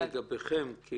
לגביכם זה